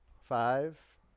Five